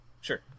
Sure